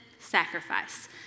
Sacrifice